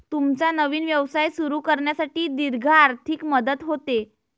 तुमचा नवीन व्यवसाय सुरू करण्यासाठी दीर्घ आर्थिक मदत होते